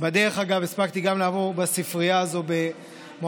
בדרך אגב הספקתי גם לעבור בספרייה הזו במועצה